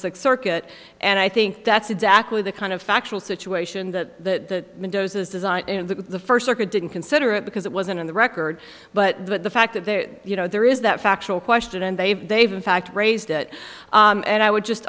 circuit and i think that's exactly the kind of factual situation that mendoza's design the first circuit didn't consider it because it wasn't in the record but the fact that they're you know there is that factual question and they've they've in fact raised it and i would just